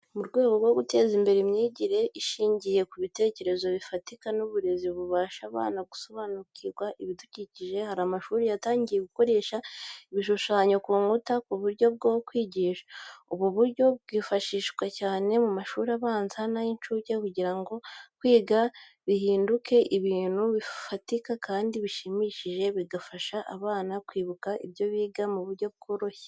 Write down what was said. Mu rwego rwo guteza imbere imyigire ishingiye ku bitekerezo bifatika n’uburezi bufasha abana gusobanukirwa ibidukikije, hari amashuri yatangiye gukoresha ibishushanyo ku nkuta nk’uburyo bwo kwigisha. Ubu buryo bwifashishwa cyane mu mashuri abanza n’ay’incuke kugira ngo kwiga bihinduke ibintu bifatika kandi bishimishije, bigafasha abana kwibuka ibyo biga mu buryo bworoshye.